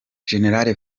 general